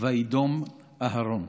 "וידם אהרן".